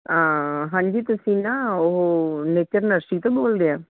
ਹਾਂ ਹਾਂਜੀ ਤੁਸੀਂ ਨਾ ਉਹ ਨੇਚਰ ਨਰਸਰੀ ਤੋਂ ਬੋਲਦੇ ਆ